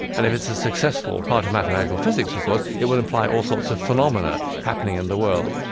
and if it's a successful part of mathematical physics, of course, it will imply all sorts of phenomena happening in the world.